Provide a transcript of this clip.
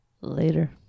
later